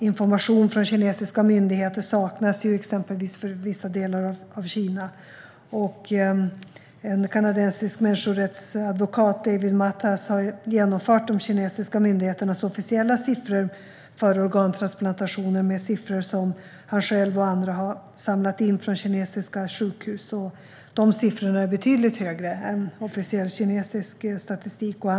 Information från kinesiska myndigheter saknas för vissa delar av Kina. En kanadensisk människorättsadvokat, David Matas, har jämfört de kinesiska myndigheternas officiella siffror för organtransplantationer med siffror som han själv och andra har samlat in från kinesiska sjukhus. De senare uppgifterna visar på betydligt högre siffror än vad officiell kinesisk statistik talar om.